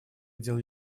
дел